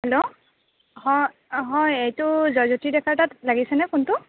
hello হয় হয় এইটো জয়জ্যোতি ডেকাৰ তাত লাগিছেনে ফোনটো